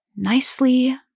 Nicely